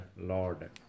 Lord